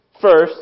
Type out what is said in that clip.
First